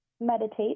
meditate